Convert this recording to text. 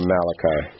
Malachi